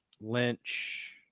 Lynch